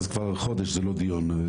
אז כבר חודש זה לא דיון מהיר,